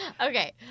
Okay